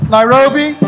Nairobi